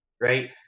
right